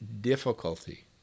difficulty